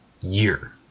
year